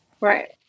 right